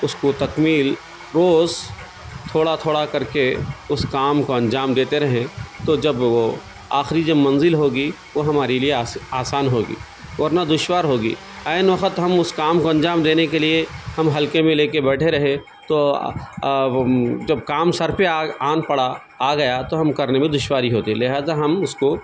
اس کو تکمیل روز تھوڑا تھوڑا کر کے اس کام کو انجام دیتے رہیں تو جب وہ آخری جب منزل ہوگی وہ ہمارے لیے آس آسان ہوگی ورنہ دشوار ہوگی عین وقت ہم اس کام کو انجام دینے کے لیے ہم ہلکے میں لے کے بیٹھے رہے تو جب کام سر پہ آ آن پڑا آ گیا تو ہم کرنے میں دشواری ہوتی لہٰذا ہم اس کو